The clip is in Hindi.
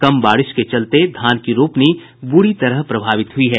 कम बारिश के चलते धान की रोपनी बुरी तरह प्रभावित हुयी है